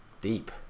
deep